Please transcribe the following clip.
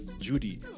Judy